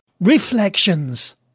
Reflections